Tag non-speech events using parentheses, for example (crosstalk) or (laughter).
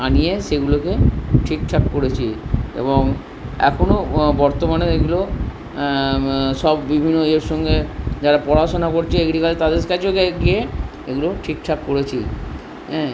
আনিয়ে সেগুলোকে ঠিকঠাক করেছি এবং এখনও বর্তমানে ওইগুলো সব বিভিন্ন ইয়ের সঙ্গে যারা পড়াশোনা করছে (unintelligible) তাদের কাছেও গিয়ে এগুলো ঠিকঠাক করেছি (unintelligible)